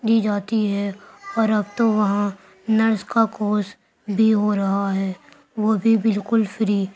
دی جاتی ہے اور اب تو وہاں نرس کا کورس بھی ہو رہا ہے وہ بھی بالکل فری